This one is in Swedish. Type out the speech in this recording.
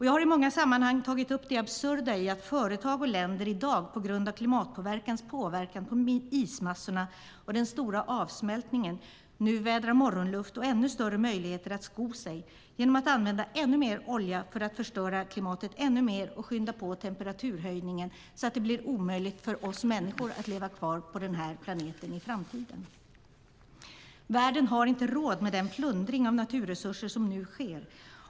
Jag har i många sammanhang tagit upp det absurda i att företag och länder i dag på grund av klimatförändringarnas påverkan på ismassorna och den stora avsmältningen nu vädrar morgonluft. De får ännu större möjligheter att sko sig genom att använda ännu mer olja för att förstöra klimatet ännu mer och skynda på temperaturhöjningen så att det blir omöjligt för oss människor att leva kvar på den här planeten i framtiden. Världen har inte råd med den plundring av naturresurser som nu sker.